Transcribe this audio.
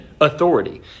authority